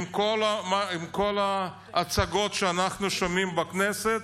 עם כל ההצגות שאנחנו שומעים בכנסת,